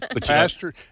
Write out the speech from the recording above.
pastor